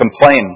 complain